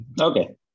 okay